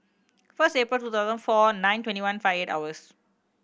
first April two thousand four nine twenty one five eight hours